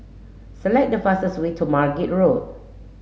select the fastest way to Margate Road